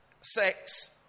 sex